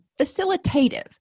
facilitative